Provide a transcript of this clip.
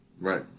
Right